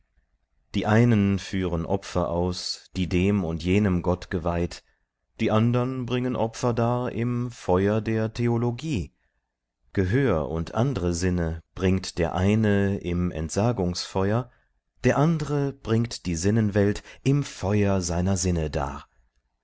die einen führen opfer aus die dem und jenem gott geweiht die andern bringen opfer dar im feuer der theologie gehör und andre sinne bringt der eine im entsagungsfeu'r der andre bringt die sinnenwelt im feuer seiner sinne dar